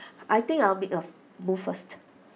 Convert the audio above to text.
I think I'll make A move first